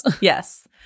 Yes